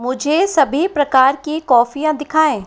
मुझे सभी प्रकार की कॉफ़ियाँ दिखाएँ